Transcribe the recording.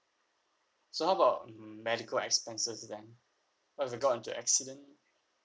so how about mm medical expenses then if I got into accident